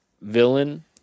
villain